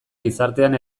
gizartean